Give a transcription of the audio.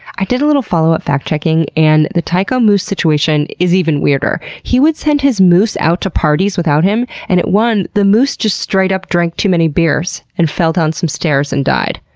i did a little follow-up fact checking and the tycho moose situation is even weirder. he would send his moose out to parties without him, and at one the moose just straight up drank too many beers and fell down some stairs and died.